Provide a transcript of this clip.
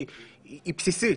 היא בסיסית.